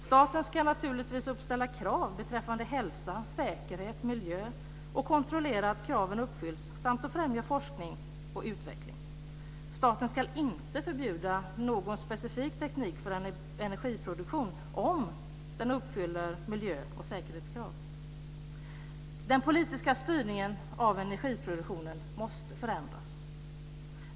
Staten ska naturligtvis ställa krav beträffande hälsa, säkerhet, miljö och kontrollera att kraven uppfylls samt främja forskning och utveckling. Staten ska inte förbjuda någon specifik teknik för energiproduktion om den uppfyller miljö och säkerhetskraven. Den politiska styrningen av energiproduktionen måste förändras.